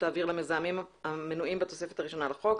האוויר למזהמים המנויים בתוספת הראשונה בחוק.